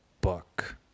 book